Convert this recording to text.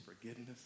forgiveness